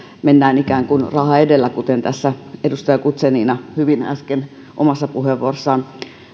mennään ikään kuin raha edellä kuten tässä edustaja guzenina hyvin äsken omassa puheenvuorossaan